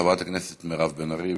חברת הכנסת מירב בן ארי,